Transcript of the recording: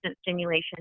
stimulation